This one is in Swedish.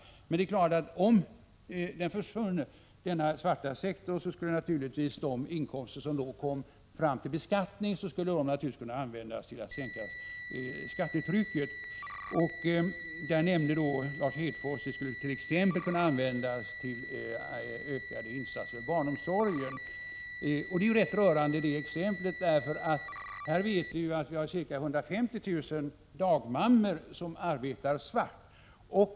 Om den svarta sektorn försvann skulle naturligtvis de inkomster som kom fram till beskattning kunna användas till att sänka skattetrycket. Lars Hedfors nämnde att pengarna skulle kunna användas till ökade insatser för barnomsorgen. Det exemplet är rätt rörande. Vi vet ju att det finns ca 150 000 dagmammor som arbetar svart.